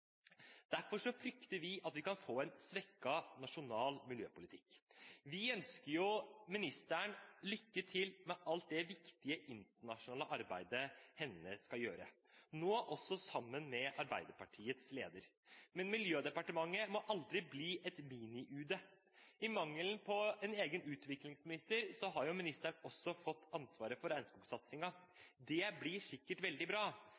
Derfor frykter vi at vi kan få en svekket nasjonal miljøpolitikk. Vi ønsker ministeren lykke til med alt det viktige internasjonale arbeidet hun skal gjøre, nå også sammen med Arbeiderpartiets leder, men Miljødepartementet må aldri bli et «mini-UD». I mangelen på en egen utviklingsminister, har ministeren også fått ansvaret for regnskogsatsingen. Det blir sikkert veldig bra,